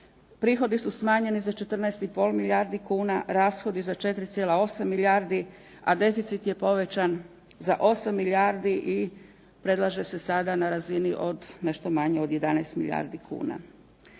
prihodi su smanjeni za 14,5 milijardi kuna, rashodi za 4,8 milijardi, a deficit je povećan za 8 milijardi i predlaže se sada na razini nešto manje od 11 milijardi kuna.